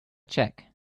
check